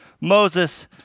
Moses